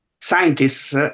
scientists